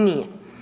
Nije.